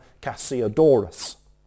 Cassiodorus